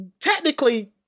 technically